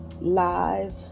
live